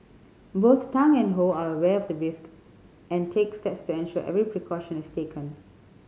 both Tang and Ho are aware of the risk and takes steps to ensure every precaution is taken